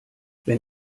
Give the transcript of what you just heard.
wenn